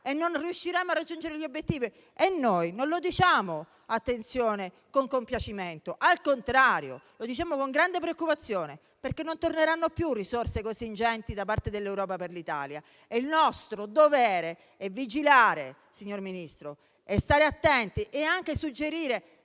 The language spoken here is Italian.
e non riusciremo a raggiungere gli obiettivi. Questo - si badi bene - non lo diciamo con compiacimento, al contrario lo diciamo con grande preoccupazione, perché non torneranno più risorse così ingenti da parte dell'Europa per l'Italia e il nostro dovere è vigilare, stare attenti, suggerire,